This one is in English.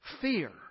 fear